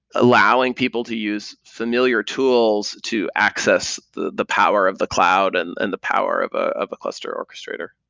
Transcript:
allowing people to use familiar tools to access the the power of the cloud and and the power of ah of a cluster orchestrator.